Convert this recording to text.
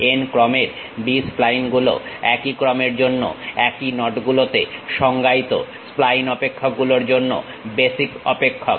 n ক্রমের B spline গুলো একই ক্রমের জন্য একই নটগুলোতে সংজ্ঞায়িত স্প্লাইন অপেক্ষকগুলোর জন্য বেসিস অপেক্ষক